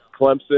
Clemson